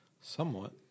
Somewhat